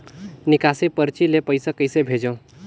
निकासी परची ले पईसा कइसे भेजों?